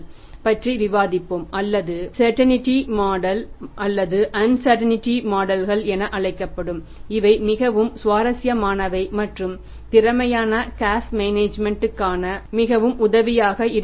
பின்னர் நான் cash management க் காண மிகவும் உதவியாக இருக்கின்றன